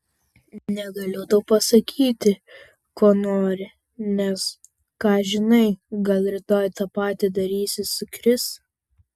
negaliu tau pasakyti ko nori nes ką žinai gal rytoj tą patį darysi su kris